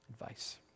advice